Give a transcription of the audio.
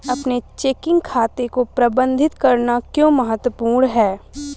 अपने चेकिंग खाते को प्रबंधित करना क्यों महत्वपूर्ण है?